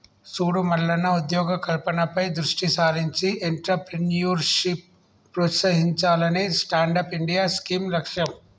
సూడు మల్లన్న ఉద్యోగ కల్పనపై దృష్టి సారించి ఎంట్రప్రేన్యూర్షిప్ ప్రోత్సహించాలనే స్టాండప్ ఇండియా స్కీం లక్ష్యం